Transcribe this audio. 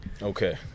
Okay